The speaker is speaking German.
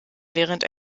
während